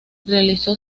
realizó